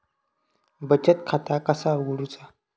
बचत खाता कसा उघडूचा?